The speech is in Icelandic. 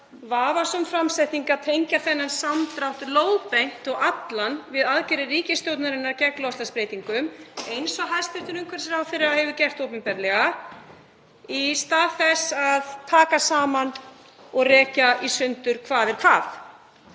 vafasöm framsetning að tengja þennan samdrátt allan lóðbeint við aðgerðir ríkisstjórnarinnar gegn loftslagsbreytingum eins og hæstv. umhverfisráðherra hefur gert opinberlega í stað þess að taka saman og rekja í sundur hvað er hvað.